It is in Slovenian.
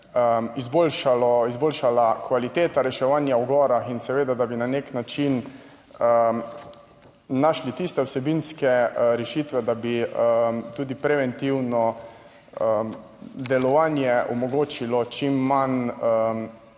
izboljšala kvaliteta reševanja v gorah in seveda, da bi na nek način našli tiste vsebinske rešitve, da bi tudi preventivno delovanje omogočilo čim manj